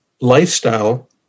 lifestyle